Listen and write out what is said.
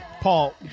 Paul